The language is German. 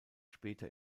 später